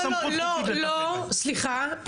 סליחה,